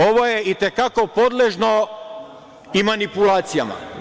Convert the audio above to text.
Ovo je i te kako podložno i manipulacijama.